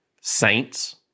saints